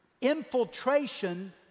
Infiltration